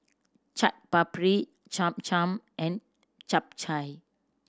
Chaat Papri Cham Cham and Japchae